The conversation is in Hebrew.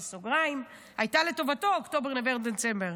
בסוגריים, הייתה לטובתו באוקטובר, נובמבר, דצמבר.